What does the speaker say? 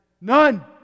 none